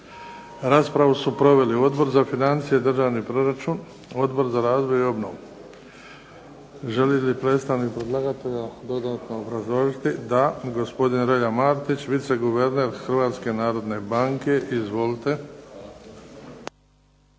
Raspravu su proveli Odbor za financije i državni proračun, Odbor za razvoj i obnovu. Želi li predstavnik predlagatelja dodatno obrazložiti? Da. Gospodin Relja Martić viceguverner Hrvatske narodne banke. Izvolite.